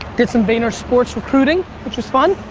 did some vaynersports recruiting, which was fun.